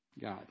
god